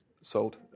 sold